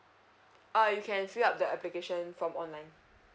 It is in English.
uh you can fill up the application form online